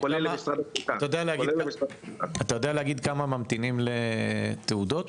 אתה יודע להגיד, כמה ממתינים לתעודות?